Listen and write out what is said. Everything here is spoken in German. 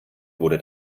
wurde